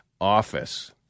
office